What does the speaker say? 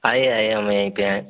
आइए आइए हम यहीं पर हैं